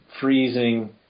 freezing